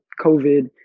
COVID